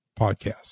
podcast